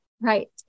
Right